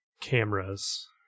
cameras